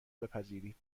بپذیرید